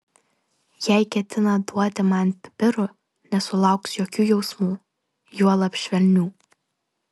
jei ketina duoti man pipirų nesulauks jokių jausmų juolab švelnių